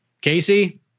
Casey